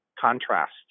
contrast